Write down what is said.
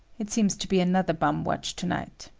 it seems to be another bum watch to-night.